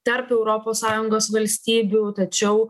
tarp europos sąjungos valstybių tačiau